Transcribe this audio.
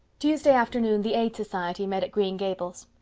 tuesday afternoon the aid society met at green gables.